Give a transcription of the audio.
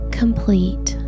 complete